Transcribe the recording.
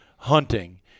hunting